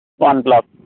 one plus